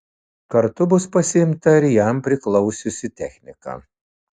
kartu bus pasiimta ir jam priklausiusi technika